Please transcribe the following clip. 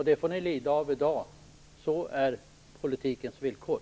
Det får ni lida av i dag - sådana är politikens villkor.